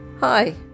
Hi